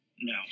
No